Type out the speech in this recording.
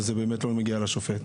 וזה באמת לא מגיע לשופט?